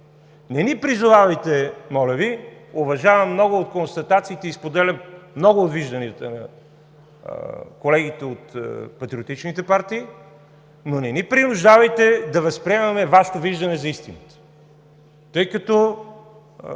Не ни призовавайте, моля Ви, уважавам много констатациите и споделям много от вижданията на колегите от патриотичните партии, но не ни принуждавайте да възприемаме Вашето виждане за истината, тъй като